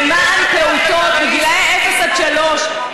למען פעוטות בגילאי אפס עד שלוש.